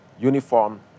uniform